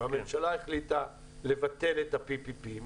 והממשלה החליטה לבטל את ה-PPP.